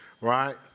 right